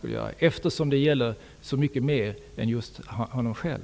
Det gäller ju så mycket mer än honom själv.